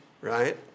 Right